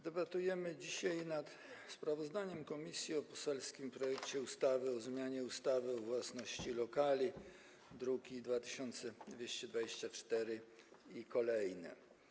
Debatujemy dzisiaj nad sprawozdaniem komisji o poselskim projekcie ustawy o zmianie ustawy o własności lokali, druki nr 2224 i kolejne.